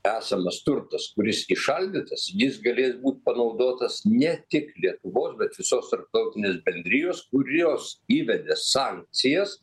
esamas turtas kuris įšaldytas jis galės būt panaudotas ne tik lietuvos bet visos tarptautinės bendrijos kurios įvedė sankcijas